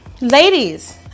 ladies